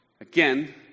Again